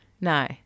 No